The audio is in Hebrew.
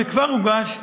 שכבר הוגש,